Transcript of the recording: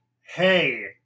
hey